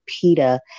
PETA